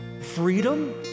freedom